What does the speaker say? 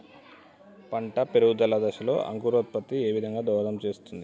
పంట పెరుగుదల దశలో అంకురోత్ఫత్తి ఏ విధంగా దోహదం చేస్తుంది?